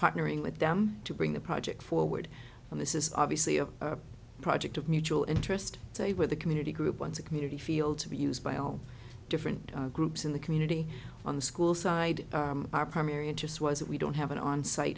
partnering with them to bring the project forward and this is obviously a project of mutual interest so they were the community group once a community feel to be used by all different groups in the community on the school side our primary interest was if we don't have an on site